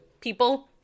people